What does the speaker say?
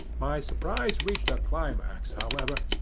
my surprise reached a climax, however,